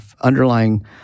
underlying